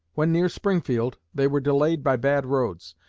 when near springfield they were delayed by bad roads,